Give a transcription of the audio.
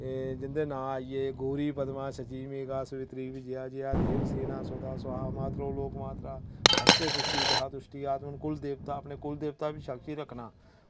ते जिंदे नांऽ आइये गौरी पद्मा सची मेगा सावित्री वी जेआ जेआ देव सेना सदा स्वाहा मात्रो लोक मात्रा हशटी पुशटी सहा दुश्टि आत्मन कुलदेवता अपने कुलदेवता गी शैपी रक्खना